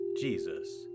Jesus